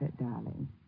darling